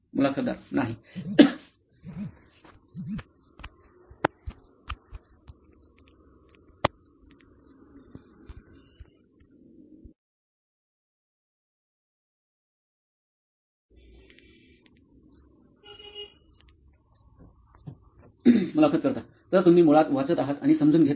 मुलाखतदारः नाही मुलाखत कर्ताः तर तुम्ही मुळात वाचत आहात आणि समजून घेत आहात